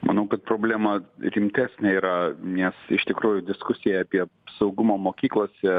manau kad problema rimtesnė yra nes iš tikrųjų diskusija apie saugumą mokyklose